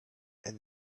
and